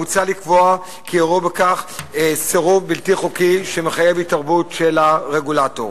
מוצע לקבוע כי יראו בכך סירוב בלתי חוקי שמחייב התערבות של הרגולטור.